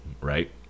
right